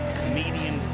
comedian